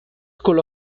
school